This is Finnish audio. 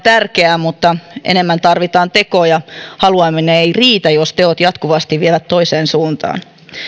tärkeää mutta enemmän tarvitaan tekoja haluaminen ei riitä jos teot jatkuvasti vievät toiseen suuntaan